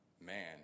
man